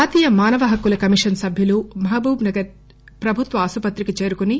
జాతీయ మానవహక్కుల కమిషన్ సభ్యులు మహబూబ్ నగర్ ప్రభుత్వ ఆస్పత్రికి చేరుకుని